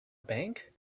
bank